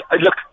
Look